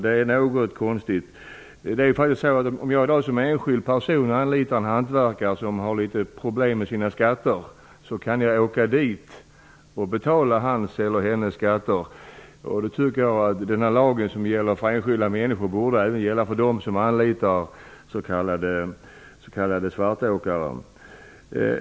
Det är ganska konstigt. Om jag såsom enskild person anlitar en hantverkare, som har problem med sina skatter, kan jag bli tvungen att betala hantverkarens skatter. Den lag som gäller för enskilda människor borde gälla även för dem som anlitar s.k. svartåkare.